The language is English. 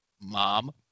mom